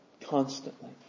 constantly